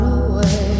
away